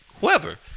whoever